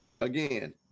again